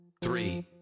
three